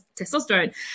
testosterone